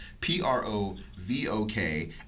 P-R-O-V-O-K